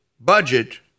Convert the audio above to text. budget